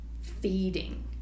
feeding